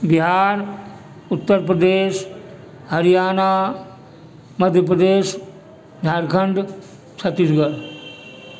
Bihar Uttar Pradesh Haryana Madhya Pradesh Jharkhand Chhattisgarh